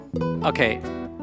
Okay